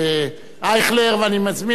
ואני מזמין את אחרון הדוברים,